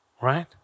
right